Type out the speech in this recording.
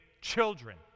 children